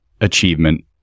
achievement